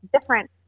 different